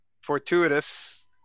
Fortuitous